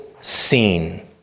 seen